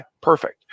perfect